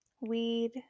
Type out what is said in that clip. weed